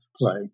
play